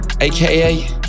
aka